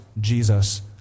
Jesus